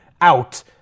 out